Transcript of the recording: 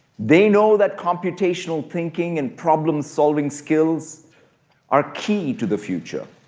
they know that computational thinking and problem-solving skills are key to the future.